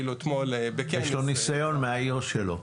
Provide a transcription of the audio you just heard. יש לו ניסיון מהעיר שלו.